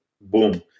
Boom